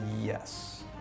yes